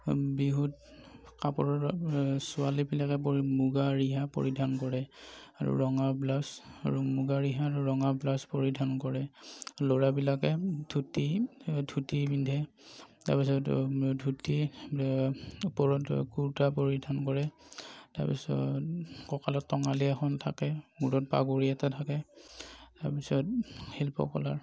বিহুত কাপোৰৰ এই ছোৱালীবিলাকে পৰি মুগা ৰিহা পৰিধান কৰে আৰু ৰঙা ব্লাউজ আৰু মুগা ৰিহা আৰু ৰঙা ব্লাউজ পৰিধান কৰে ল'ৰাবিলাকে ধুতি ধুতি পিন্ধে তাৰপিছত ধুতি ওপৰত কুৰ্তা পৰিধান কৰে তাৰপিছত ককালত টঙালি এখন থাকে মূৰত পাগুৰি এটা থাকে তাৰপিছত শিল্পকলাৰ